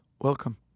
welcome